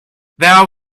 thou